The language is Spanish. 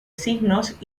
signos